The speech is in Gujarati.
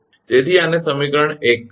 તેથી આને સમીકરણ 1 કહો ખરુ ને